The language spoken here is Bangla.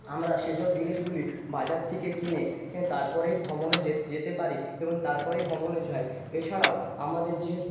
আমরা সেসব জিনিসগুলি বাজার থেকে কিনে এ তারপরেই ভ্রমণে যে যেতে পারি এবং তারপরেই ভ্রমণে যাই এছাড়াও আমাদের যে